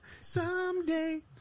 someday